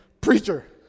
preacher